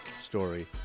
Story